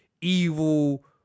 evil